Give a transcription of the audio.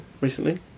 recently